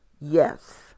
yes